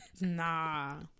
nah